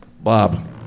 Bob